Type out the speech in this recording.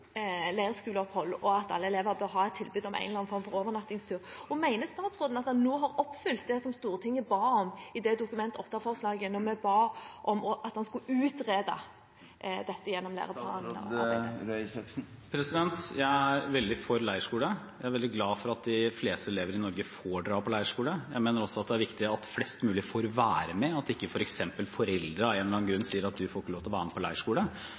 og at alle elever bør ha et tilbud om en eller annen form for overnattingstur? Mener statsråden at han nå har oppfylt det som Stortinget ba om i det Dokument 8-forslaget, hvor vi ba om at han skulle utrede dette gjennom læreplanarbeidet? Jeg er veldig for leirskole. Jeg er veldig glad for at de fleste elever i Norge får dra på leirskole. Jeg mener også at det er viktig at flest mulig får være med, og at ikke foreldre f.eks. av en eller annen grunn sier at en ikke får være med på leirskole. Det er viktig. Så er det også en vurdering i denne saken, som på